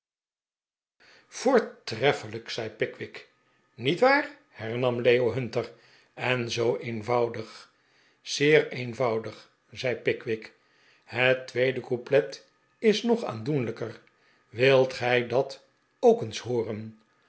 voortreffelijkl zei pickwick niet waar hernam leo hunter en zoo eenvoudig zeer eenvoudig zei pickwick het tweede couplet is nog aandoenlijker wilt gij dat ook eens hooren